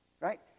right